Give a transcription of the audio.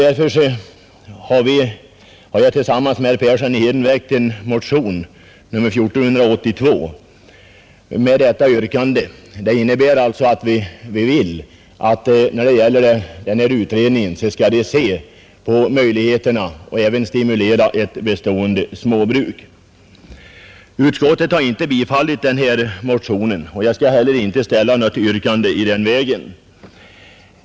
Därför har jag tillsammans med herr Persson i Heden väckt en motion, nr 1482, med detta yrkande. Det innebär alltså att vi vill att nämnda utredning skall se på möjligheterna att även stimulera ett bestående småbruk. Utskottet har inte tillstyrkt denna motion, och jag skall heller inte ställa något yrkande i den vägen.